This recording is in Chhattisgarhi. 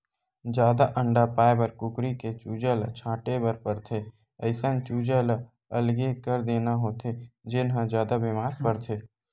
जादा अंडा पाए बर कुकरी के चूजा ल छांटे बर परथे, अइसन चूजा ल अलगे कर देना होथे जेन ह जादा बेमार परथे